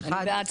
שמונה.